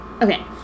Okay